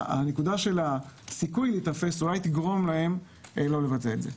הנקודה של הסיכוי להיתפס אולי תגרום להם לא לבצע את זה.